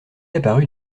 apparue